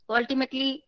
ultimately